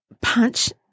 punch